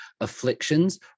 afflictions